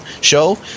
show